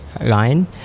line